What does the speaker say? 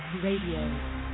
Radio